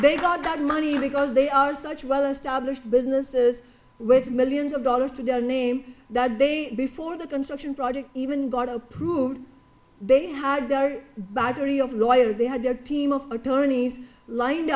they got that money because they are such well established businesses with millions of dollars to their name that they before the construction project even got approved they had their battery of lawyer they had their team of attorneys lined